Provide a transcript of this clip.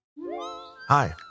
Hi